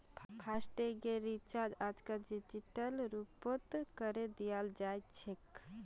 फासटैगेर recharge आजकल digital रूपतों करे दियाल जाछेक